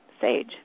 sage